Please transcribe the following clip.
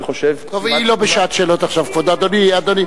אני חושב, טוב, היא לא בשעת שאלות עכשיו, אדוני.